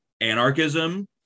anarchism